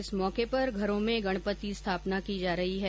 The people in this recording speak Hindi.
इस मौके पर घरों में गणपति स्थापना की जा रही है